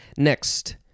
Next